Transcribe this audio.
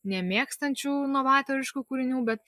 nemėgstančiųjų novatoriškų kūrinių bet